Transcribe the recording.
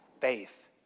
faith